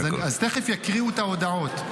תכף יקריאו את ההודעות.